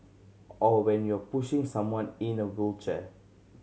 or when you're pushing someone in a wheelchair